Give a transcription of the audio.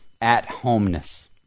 at-homeness